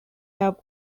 have